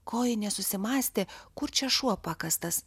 kojinė susimąstė kur čia šuo pakastas